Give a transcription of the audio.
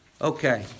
Okay